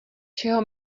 čeho